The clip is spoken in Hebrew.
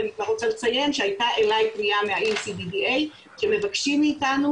ואני כבר רוצה לציין שהייתה אליי פנייה מה-EU CDDA שהם מבקשים מאיתנו